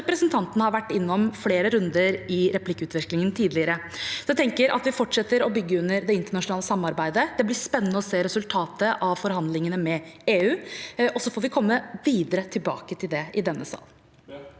representanten har vært innom i flere runder i replikkvekslinger tidligere. Jeg tenker at vi skal fortsette å bygge opp under det internasjonale samarbeidet. Det blir spennende å se resultatet av forhandlin gene med EU, og så får vi komme tilbake til det i denne sal.